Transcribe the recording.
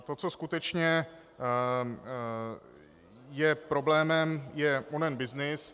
To, co skutečně je problémem, je onen byznys.